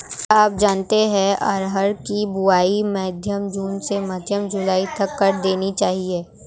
क्या आप जानते है अरहर की बोआई मध्य जून से मध्य जुलाई तक कर देनी चाहिये?